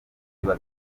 biba